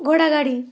घोडागाडी